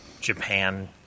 Japan